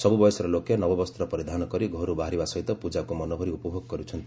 ସବୁ ବୟସର ଲୋକେ ନବବସ୍ତ ପରିଧାନ କରି ଘରୁ ବାହାରିବା ସହିତ ପୂଜାକୁ ମନଭରି ଉପଭୋଗ କରୁଛନ୍ତି